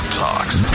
talks